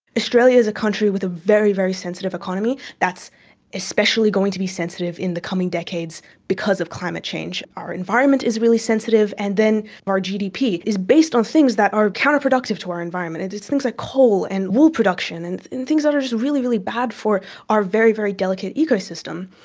australia is a country with a very, very sensitive economy. that's especially going to be sensitive in the coming decades because of climate change. our environment is really sensitive, and then our gdp is based on things that are counter-productive to our environment, and things like coal and wool production and things that are just really, really bad for our very, very delicate ecosystem.